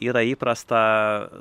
yra įprasta